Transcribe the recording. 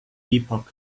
epoch